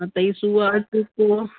हा त इहे सूआ चूको